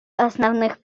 основных